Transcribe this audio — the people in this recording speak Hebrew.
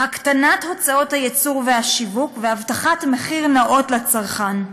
הקטנת הוצאות הייצור והשיווק והבטחת מחיר נאות לצרכן.